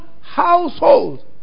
household